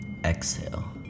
Exhale